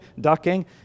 ducking